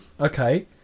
Okay